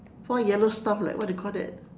four yellow stuff like what do you call that